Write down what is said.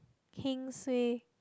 Kingsway